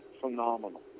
phenomenal